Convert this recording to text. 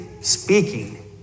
speaking